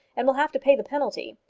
and will have to pay the penalty.